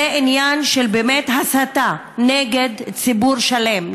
הם באמת עניין של הסתה נגד ציבור שלם,